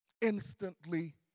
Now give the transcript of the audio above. instantly